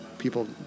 people